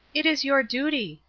it is your duty.